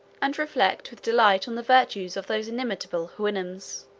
and reflect with delight on the virtues of those inimitable houyhnhnms,